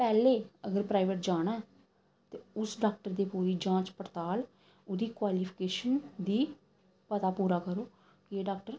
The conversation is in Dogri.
पैह्लें अगर प्राइवेट जाना ऐ ते उस डॉक्टर दी पूरी जांच पड़ताल ओह्दी क्वालीफिकेशन दी पता पूरा करो की डॉक्टर